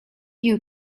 you